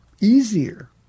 easier